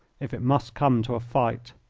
if it must come to a fight.